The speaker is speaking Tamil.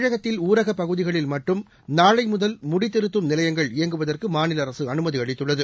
தமிழகத்தில் ஊரகப் பகுதிகளில் மட்டும் நாளை முதல் முடித்திருத்தும் நிலையங்கள் இயங்குவதற்கு மாநில அரசு அனுமதி அளித்துள்ளது